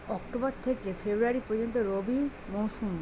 October থেকে February পর্যন্ত রবি মৌসুম